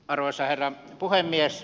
arvoisa herra puhemies